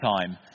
time